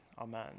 Amen